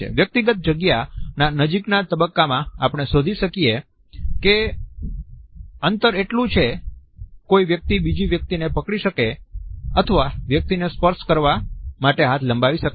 વ્યક્તિગત જગ્યાના નજીકના તબક્કામાં આપણે શોધી શકીએ છીએ કે અંતર એટલું છે કે કોઈ વ્યક્તિ બીજી વ્યક્તિને પકડી શકે છે અથવા વ્યક્તિને સ્પર્શ કરવા માટે હાથ લંબાવી શકે છે